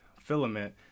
filament